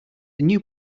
new